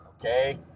okay